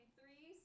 three